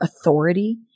authority